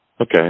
Okay